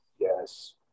Yes